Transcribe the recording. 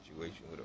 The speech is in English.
situation